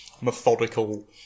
methodical